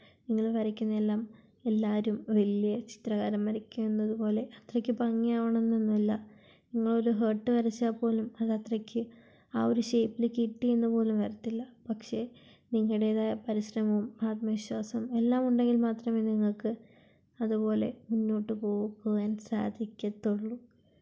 നിങ്ങൾ വരയ്ക്കുന്നത് എല്ലാം എല്ലാവരും വലിയ ചിത്രകാരൻ വരയ്ക്കുന്നത് പോലെ അത്രയ്ക്ക് ഭംഗിയാവണം എന്നൊന്നും ഇല്ല നിങ്ങൾ ഒരു പോട്ട് വരച്ചാൽ പോലും അത് അത്രയ്ക്ക് ആ ഒരു ഷേപ്പില് കിട്ടി എന്ന് പോലും വരത്തില്ല പക്ഷേ നിങ്ങളുടേതായ പരിശ്രമവും ആത്മവിശ്വാസവും എല്ലാം ഉണ്ടെങ്കിൽ മാത്രമേ നിങ്ങൾക്ക് അതുപോലെ മുന്നോട്ടു പോകുവാൻ സാധിക്കുകയുള്ളു